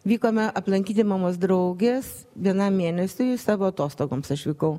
vykome aplankyti mamos draugės vienam mėnesiui savo atostogoms aš vykau